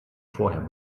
vorher